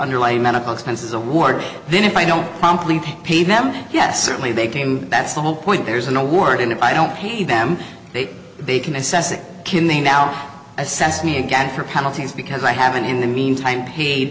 underlying medical expenses award then if i don't promptly pay them yes certainly they came that's the whole point there's an award and if i don't pay them they can assess it can they now assess me again for penalties because i haven't in the meantime paid